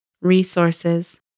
Resources